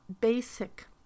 Basic